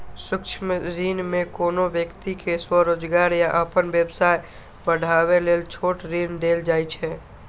सूक्ष्म ऋण मे कोनो व्यक्ति कें स्वरोजगार या अपन व्यवसाय बढ़ाबै लेल छोट ऋण देल जाइ छै